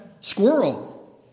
squirrel